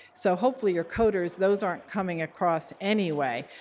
so hopefully your coders those aren't coming across anyway,